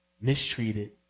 mistreated